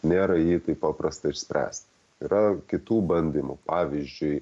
nėra jį taip paprasta išspręst yra kitų bandymų pavyzdžiui